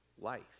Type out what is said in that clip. life